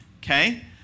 okay